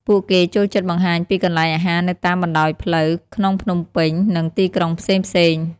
ពួកគេចូលចិត្តបង្ហាញពីកន្លែងអាហារនៅតាមបណ្តោយផ្លូវ ក្នុងភ្នំពេញ និងទីក្រុងផ្សេងៗ។